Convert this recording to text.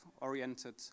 oriented